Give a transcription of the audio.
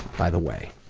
by the way.